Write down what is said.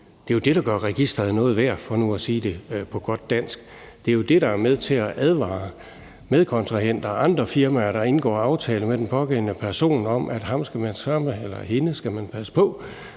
er jo det, der gør registeret noget værd, for nu at sige det på godt dansk. Det er jo det, der er med til at advare medkontrahenter og andre firmaer, der indgår aftale med den pågældende person, om, at ham eller hende skal man passe på,